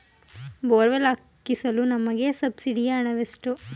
Borewell ಹಾಕಿಸಲು ನಮಗೆ ಸಬ್ಸಿಡಿಯ ಹಣವೆಷ್ಟು?